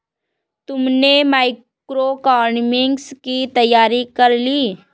तुमने मैक्रोइकॉनॉमिक्स की तैयारी कर ली?